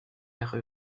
aire